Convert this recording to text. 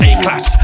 A-class